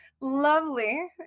lovely